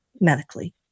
medically